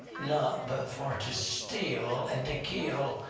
not, but for to steal, and to kill,